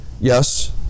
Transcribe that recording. yes